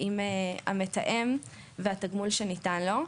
עם המתאם והתגמול שניתן לו.